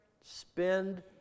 Spend